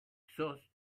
exhaust